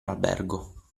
albergo